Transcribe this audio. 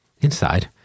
Inside